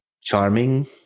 Charming